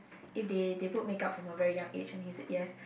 if they they put makeup from a very young age and he said yes